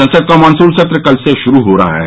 संसद का मॉनसून सत्र कल से शुरू हो रहा है